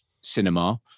cinema